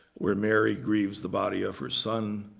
where mary grieves the body of her son.